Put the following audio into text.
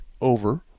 over